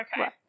Okay